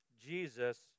Jesus